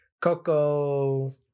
Coco